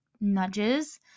nudges